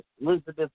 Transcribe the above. Elizabeth